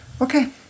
okay